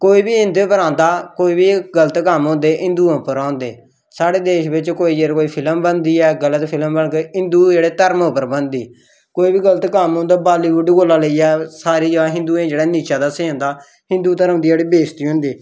कोई बी इं'दे पर औंदा कोई बी एह् गलत कम्म होंदे हिंदुएं उप्पर होंदे साढ़े देश बिच्च जेकर कोई फिलम बलदी ऐ गलत फिल्म बनग हिंदू जेह्ड़े धरम पर बनदी कोई बी गलत कम्म होंदा बालीवुड कोला लेइयै सारी जगह् हिंदुएं गी जेह्ड़ा नीचा दस्सेआ जंदा हिंदू धरम दी जेह्ड़ी बेइज्जती होंदी